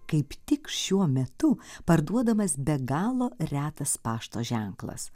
kaip tik šiuo metu parduodamas be galo retas pašto ženklas